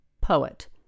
Poet